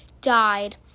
died